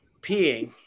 peeing